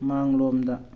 ꯃꯥꯡꯂꯣꯝꯗ